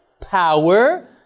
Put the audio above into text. Power